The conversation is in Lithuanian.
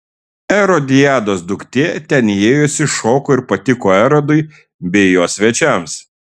erodiados duktė ten įėjusi šoko ir patiko erodui bei jo svečiams